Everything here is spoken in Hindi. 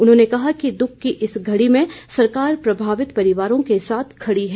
उन्होंने कहा कि दुख की इस घड़ी में सरकार प्रभावित परिवारों के साथ खड़ी है